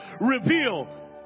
reveal